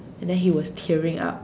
and then he was tearing up